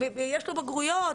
יש לו בגרויות.